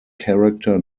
character